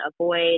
avoid